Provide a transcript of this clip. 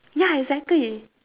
ya exactly